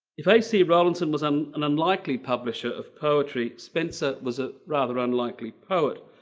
if ac rawlinson was um an unlikely publisher of poetry, spencer was a rather unlikely poet.